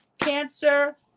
Cancer